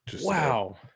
Wow